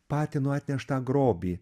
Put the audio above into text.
patino atneštą grobį